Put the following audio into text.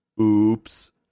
Oops